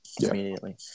immediately